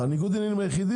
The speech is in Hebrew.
ניגוד העניינים היחיד,